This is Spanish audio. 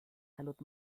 salud